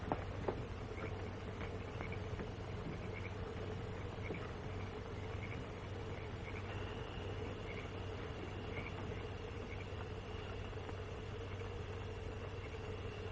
some